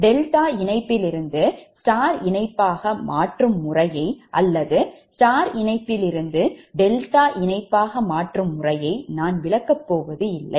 delta இணைப்பிலிருந்து நட்சத்திர இணைப்பாக மாற்றும் முறையை அல்லது நட்சத்திர இணைப்பிலிருந்து டெல்டா இணைப்பாக மாற்றும் முறையை நான் விளக்க போவது இல்லை